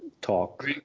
talk